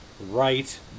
right